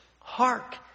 Hark